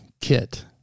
kit